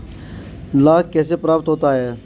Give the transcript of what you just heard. लाख कैसे प्राप्त होता है?